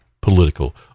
political